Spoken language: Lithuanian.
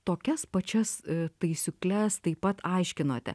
tokias pačias taisiukles taip pat aiškinote